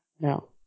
No